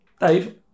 Dave